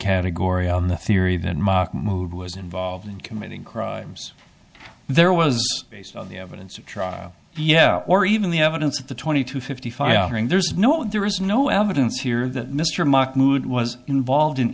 category on the theory that mahmud was involved in committing crimes there was based on the evidence of trial or even the evidence of the twenty two fifty five there's no there is no evidence here that mr mock mood was involved in